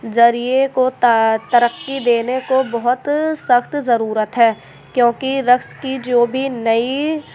ذریعے کو ترقی دینے کو بہت سخت ضرورت ہے کیونکہ رقص کی جو بھی نئی